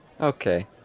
Okay